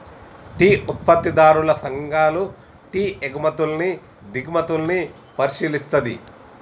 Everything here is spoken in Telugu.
టీ ఉత్పత్తిదారుల సంఘాలు టీ ఎగుమతుల్ని దిగుమతుల్ని పరిశీలిస్తది